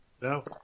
No